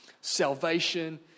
salvation